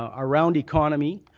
ah around economy,